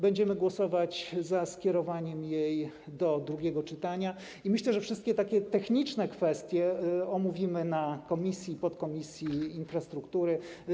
Będziemy głosować za skierowaniem jej do drugiego czytania i myślę, że wszystkie techniczne kwestie omówimy w podkomisji Komisji Infrastruktury.